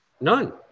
None